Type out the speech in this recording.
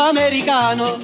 Americano